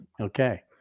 Okay